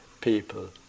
people